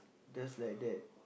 just like that